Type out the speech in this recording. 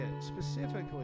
specifically